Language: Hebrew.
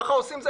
ככה עושים.